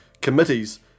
committees